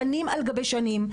שנים על גבי שנים,